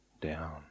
down